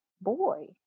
boy